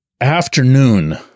afternoon